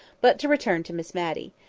but to return to miss matty.